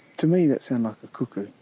to me that sounded like a cuckoo,